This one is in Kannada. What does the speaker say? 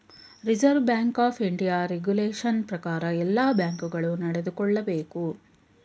reserve Bank of India regulation ಪ್ರಕಾರ ಎಲ್ಲ ಬ್ಯಾಂಕ್ ಗಳು ನಡೆದುಕೊಳ್ಳಬೇಕು